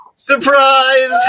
Surprise